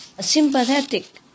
sympathetic